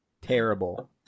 Terrible